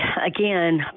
again